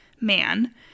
man